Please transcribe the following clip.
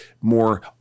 more